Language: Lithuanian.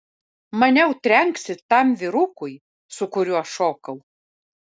maniau trenksi tam vyrukui su kuriuo šokau